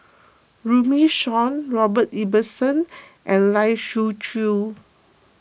Runme Shaw Robert Ibbetson and Lai Siu Chiu